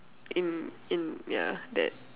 in in yeah that